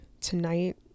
Tonight